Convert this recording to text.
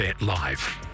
live